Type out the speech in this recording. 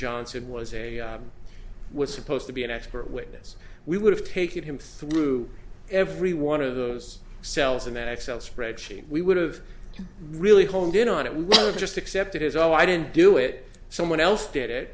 johnson was a was supposed to be an expert witness we would have taken him through every one of those cells and that excel spreadsheet we would of really honed in on it we would just accept it as oh i didn't do it someone else did it